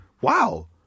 Wow